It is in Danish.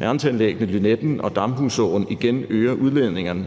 renseanlæggene Lynetten og Damhusåen igen øger udledningerne